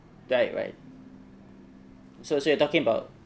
right right so so you talking about